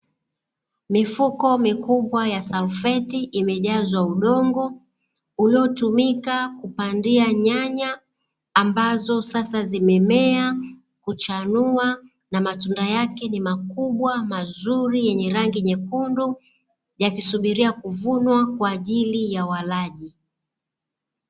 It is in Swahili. Mifuko mikubwa ya salfeti imejazwa udongo, uliotumika kupandia nyanya ambazo sasa zimemea, kuchanua na matunda yake ni makubwa, mazuri yenye rangi nyekundu, yakisubiria kuvunwa kwa ajili ya walaji.